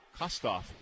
Kostoff